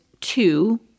two